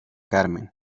carmen